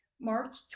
March